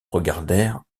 regardèrent